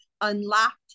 unlocked